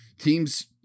teams